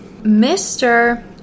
Mr